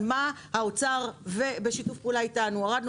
על מה האוצר בשיתוף פעולה אתנו: הורדנו